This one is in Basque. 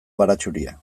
baratxuria